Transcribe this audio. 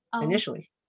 initially